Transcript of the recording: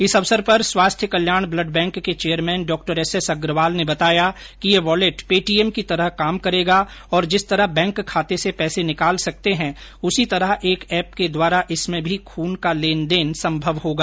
इस अवसर पर स्वास्थ्य कल्याण ब्लड बैंक के चैयरमेन डॉ एसएस अग्रवाल ने बताया कि यह वॉलेट पेटीएम की तरह काम करेगा और जिस तरह बैंक खाते से पैसे निकाल सकते है उसी तरह एक एप के द्वारा इसमें भी खून का लेनदेन संभव होगा